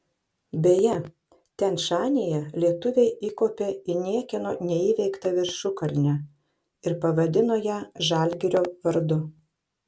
beje tian šanyje lietuviai įkopė į niekieno neįveiktą viršukalnę ir pavadino ją žalgirio vardu